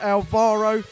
Alvaro